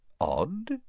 Odd